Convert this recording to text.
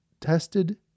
tested